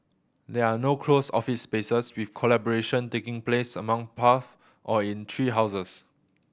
there are no closed office spaces with collaboration taking place along paths or in tree houses